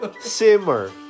Simmer